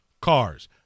cars